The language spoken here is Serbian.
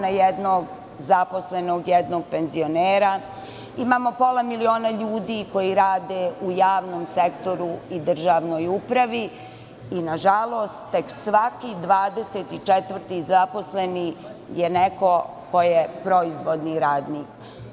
Na jednog zaposlenog imamo jednog penzionera, imamo pola miliona ljudi koji rade u javnom sektoru i državnoj upravi i nažalost tek svaki 24-ti zaposleni je neko ko je proizvodni radnik.